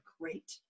great